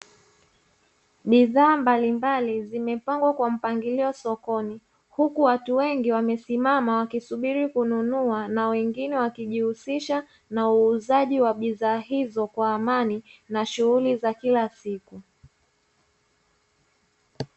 Bidhaa mbalimbali zimepangwa kwa mpangilio sokoni, huku watu wengi wamesimama wakisubiri kununua na wengine wakijihusisha na uuzaji wa bidhaa hizo kwa amani na shughuli za kila siku.